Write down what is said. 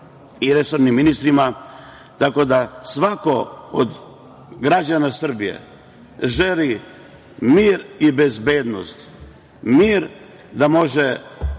i resornim ministrima, tako da svako od građana Srbije želi mir i bezbednost. Mir da može